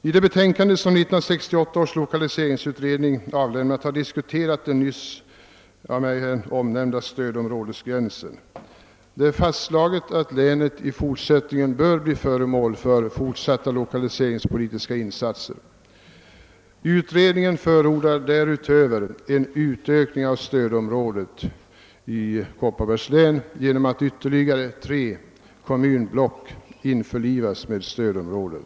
I det betänkande som 1968 års lokaliseringsutredning avlämnat har den nyss av mig omnämnda stödområdesgränsen diskuterats. Det är fastslaget att länet i fortsättningen bör bli föremål för fortsatta lokaliseringspolitiska insatser. Utredningen förordar därutöver en utökning av stödområdet i Kopparbergs län genom att ytterligare tre kommunblock införlivas med stödområdet.